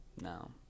No